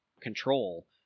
control